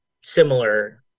similar